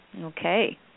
Okay